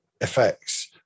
effects